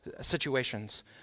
situations